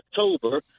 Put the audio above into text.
October